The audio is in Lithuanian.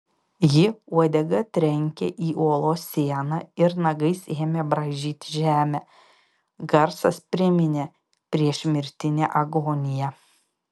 ji uodega trenkė į olos sieną ir nagais ėmė braižyti žemę garsas priminė priešmirtinę agoniją